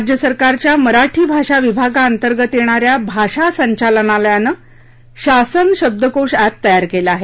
राज्य सरकारच्या मराठी भाषा विभागाअंतर्गत येणाऱ्या भाषा संचालनालयानं शासन शब्दकोश एप तयार केलं आहे